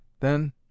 Then—